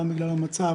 גם בגלל המצב,